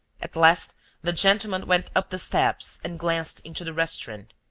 at last the gentleman went up the steps and glanced into the restaurant.